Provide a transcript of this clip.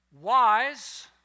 Wise